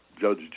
Judge